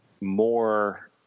more